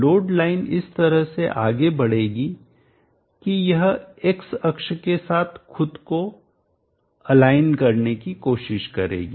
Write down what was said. load line इस तरह से आगे बढ़ेगी कि यह एक्स अक्ष के साथ खुद को अलाइनसंरेखित करने की कोशिश करेगी